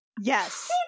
Yes